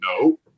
no